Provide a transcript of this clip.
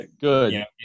Good